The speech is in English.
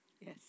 Yes